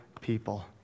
people